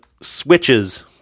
switches